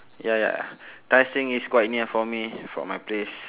ya ya tai seng is quite near for me from my place